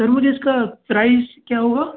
sir मुझे इसका price क्या होगा